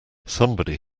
somebody